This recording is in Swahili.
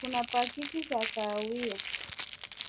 Kuna pakiti za kahawia.